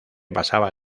pasaba